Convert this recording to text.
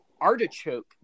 artichoke